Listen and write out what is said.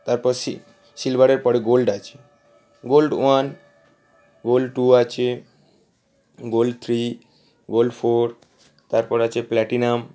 তারপর সি সিলবারের পরে গোল্ড আছে গোল্ড ওয়ান গোল্ড টু আছে গোল্ড থ্রি গোল্ড ফোর তারপর আছে প্ল্যাটিনাম